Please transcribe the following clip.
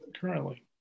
currently